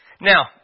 Now